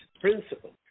principles